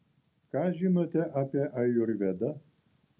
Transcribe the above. ką žinote apie ajurvedą